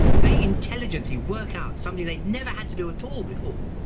they intelligently work out something they'd never had to do at all before.